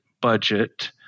budget